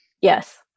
yes